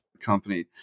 company